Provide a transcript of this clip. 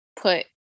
put